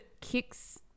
kicks